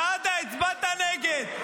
סעדה, הצבעת נגד.